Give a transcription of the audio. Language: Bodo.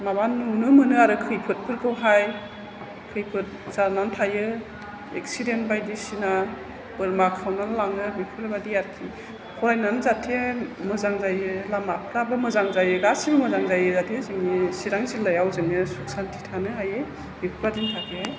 माबा नुनो मोनो आरो खैफोदफोरखौ हाय खैफोद जानानै थायो एक्सिडेन्ट बायदिसिना बोरमा खावनानै लाङो बेफोरबायदि आरोखि फरायनानै जाहाथे मोजां जायो लामाफ्राबो मोजां जायो गासिबो मोजां जायो जाहाथे जोंनि चिरां जिल्लायाव जोङो सुख सान्थियै थानो हायो बेफोरबादिनि थाखायहाय